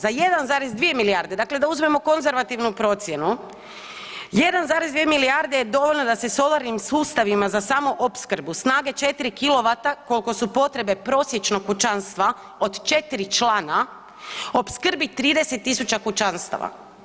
Za 1,2 milijarde, dakle da uzmemo konzervativnu procjenu, 1,2 milijarde je dovoljno da se solarnim sustavima za samoopskrbu snage 4 kW koliko su potrebe prosječnog kućanstva od 4 člana opskrbi 30.000 kućanstava.